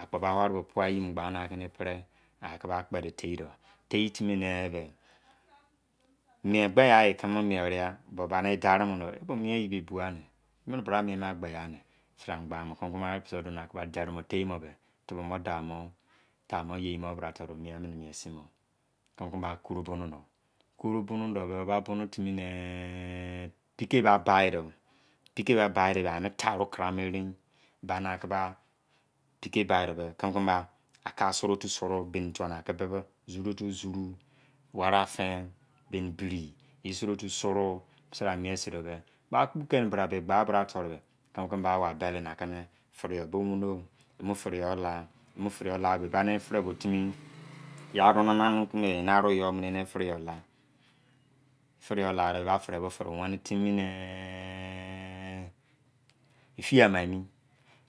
Akpo ba wari ba pua yimo gba ni akini epri akibakpedi tei do tei timi ne be mien gbe ghaye kimi ne be mien gbe gha ye kmi mo mien weriyao bo bani darimo do i be mien yebe ebingha ni enini be bra mien mo agbegh ne bisi amo gbomo kimise ba deri mo tei mo tamo yei mo tu bra toru mein timi mien si mo pitei ba bai do pikei ba bai do be rikei ba bai de bia ami taaru kara mo erieinpikei bai do be alaauru otu suru beni toni aki aki bibi zuru otu zuru wariafin beni biri eye suru otu suru ba bisi bra mien sin do be ba kpu keni bra be i gba toru be kimi kimi ba wai belini akini firi yola emufiri yo labo e ba eni firiyo bo timi yearu nana nimi kimiyan yeni aru you mu eni firi yola efiri i yo la e ba firi yo bo firi weni timi ne efiye ama enuu